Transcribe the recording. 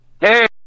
hey